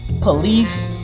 police